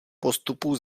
postupu